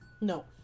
no